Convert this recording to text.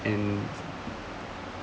and